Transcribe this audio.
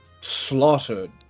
slaughtered